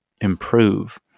improve